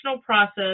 process